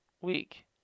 week